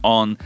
on